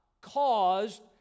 caused